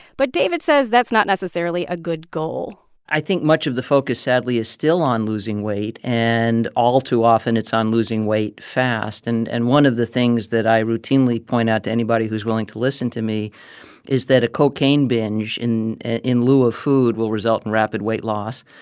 but david says that's not necessarily a good goal i think much of the focus, sadly, is still on losing weight. and all too often, it's on losing weight fast. and and one of the things that i routinely point out to anybody who's willing to listen to me is that a cocaine binge in in lieu of food will result in rapid weight loss.